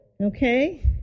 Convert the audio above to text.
Okay